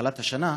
בהתחלת השנה,